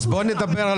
נדבר על